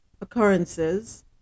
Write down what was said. occurrences